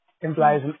implies